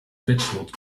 vegetables